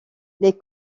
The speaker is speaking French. les